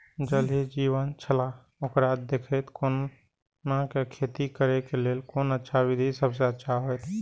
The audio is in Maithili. ज़ल ही जीवन छलाह ओकरा देखैत कोना के खेती करे के लेल कोन अच्छा विधि सबसँ अच्छा होयत?